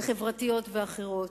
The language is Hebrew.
חברתיות ואחרות.